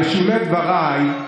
בשולי דבריי,